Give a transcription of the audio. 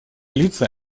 лица